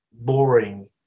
boring